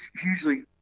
hugely